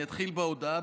אני אתחיל בהודעה,